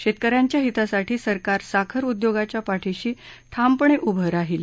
शेतकऱ्यांच्या हितासाठी सरकार साखर उद्योगाच्या पाठिशी ठामपणे उभं राहील